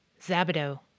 Zabido